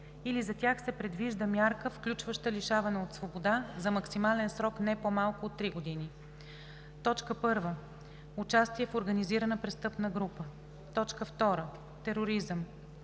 или за тях се предвижда мярка, включваща лишаване от свобода за максимален срок не по-малко от три години: 1. участие в организирана престъпна група; 2. тероризъм;